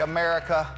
America